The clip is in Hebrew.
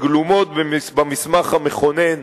גלומות במסמך המכונן